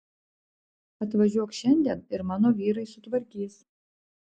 atvažiuok šiandien ir mano vyrai sutvarkys